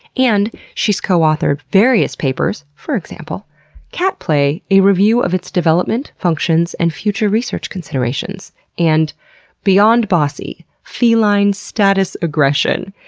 and she's co-authored various papers, for example cat play a review of its development, functions, and future research considerations and beyond bossy feline status aggression.